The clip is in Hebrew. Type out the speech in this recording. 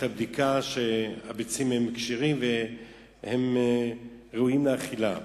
הבדיקה שהביצים כשרות וראויות לאכילה.